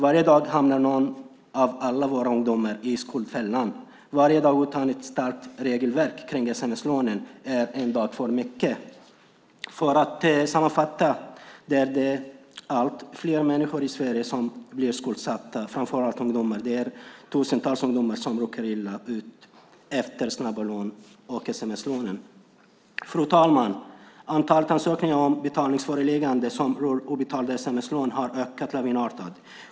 Varje dag hamnar någon av våra ungdomar i skuldfällan. Varje dag utan ett starkt regelverk för sms-lånen är en dag för mycket. För att sammanfatta är det allt fler människor i Sverige som blir skuldsatta, framför allt ungdomar. Det är tusentals ungdomar som råkar illa ut efter att ha tagit snabba lån och sms-lån. Fru talman! Antalet ansökningar om betalningsförelägganden som rör obetalda sms-lån har ökat lavinartat.